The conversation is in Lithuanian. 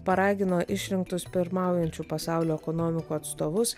paragino išrinktus pirmaujančių pasaulio ekonomikų atstovus